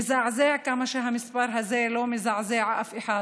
מזעזע כמה שהמספר הזה לא מזעזע אף אחד,